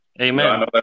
Amen